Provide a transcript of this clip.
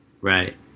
Right